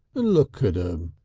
and look at em!